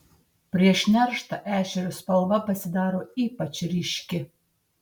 prieš nerštą ešerio spalva pasidaro ypač ryški